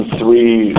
three